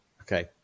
Okay